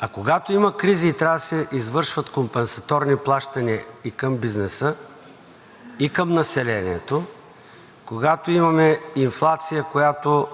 а когато има кризи и трябва да се извършват компенсаторни плащания и към бизнеса, и към населението, когато имаме инфлация, която